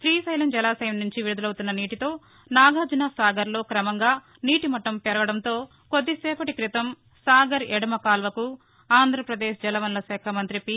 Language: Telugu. శ్రీశైలం జలాశయం నుంచి విడుదలవుతున్న నీటితో నాగార్షునసాగర్లో కమంగా నీటి మట్లం పెరగడంతో కొద్ది సేపటి క్రితం సాగర్ ఎడమ కాలవకు ఆంధ్రప్రదేశ్ జలవనరులశాఖ మంత్రి పి